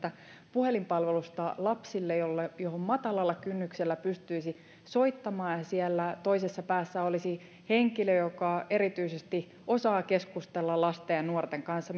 puhelinpalvelusta lapsille johon matalalla kynnyksellä pystyisi soittamaan ja siellä toisessa päässä olisi henkilö joka erityisesti osaa keskustella lasten ja nuorten kanssa